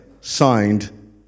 signed